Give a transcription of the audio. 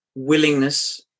Willingness